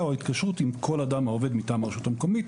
או ההתקשרות עם כל אדם העובד מטעם הרשות המקומית,